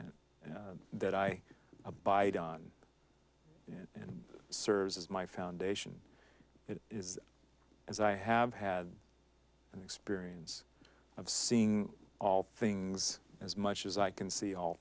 that i abide on and serves as my foundation it is as i have had an experience of seeing all things as much as i can see all